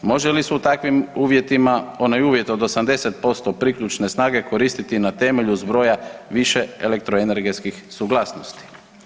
Može li se u takvim uvjetima onaj uvjet od 80% priključne snage koristiti na temelju zbroja više elektroenergetskih suglasnosti.